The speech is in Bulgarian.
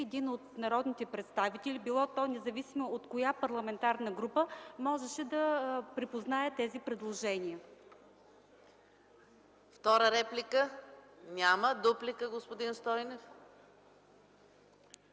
всеки от народните представители, независимо от коя парламентарна група, можеше да припознае тези предложения.